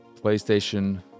PlayStation